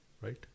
Right